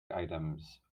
items